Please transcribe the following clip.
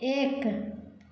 एक